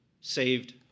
saved